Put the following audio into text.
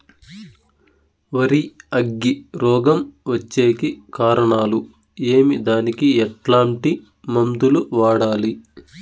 వరి అగ్గి రోగం వచ్చేకి కారణాలు ఏమి దానికి ఎట్లాంటి మందులు వాడాలి?